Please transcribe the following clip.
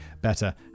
better